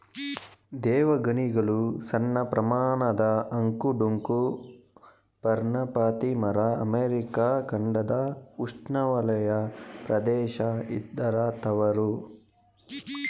ದೇವಗಣಿಗಲು ಸಣ್ಣಪ್ರಮಾಣದ ಅಂಕು ಡೊಂಕು ಪರ್ಣಪಾತಿ ಮರ ಅಮೆರಿಕ ಖಂಡದ ಉಷ್ಣವಲಯ ಪ್ರದೇಶ ಇದರ ತವರು